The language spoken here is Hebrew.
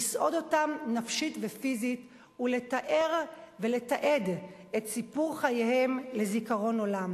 לסעוד אותם נפשית ופיזית ולתאר ולתעד את סיפור חייהם לזיכרון עולם.